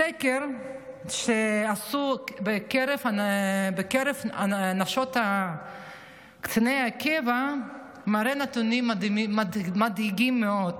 סקר שעשו בקרב נשות קציני הקבע מראה נתונים מדאיגים מאוד.